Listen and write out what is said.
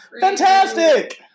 fantastic